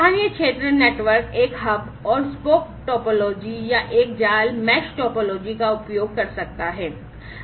स्थानीय क्षेत्र नेटवर्क एक हब टोपोलॉजी का उपयोग कर सकता है